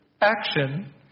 action